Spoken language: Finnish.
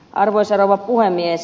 arvoisa rouva puhemies